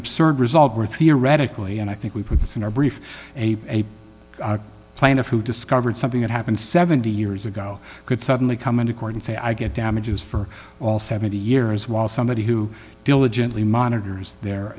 absurd result where theoretically and i think we put this in our brief a plaintiff who discovered something that happened seventy years ago could suddenly come into court and say i get damages for all seventy years while somebody who diligently monitors their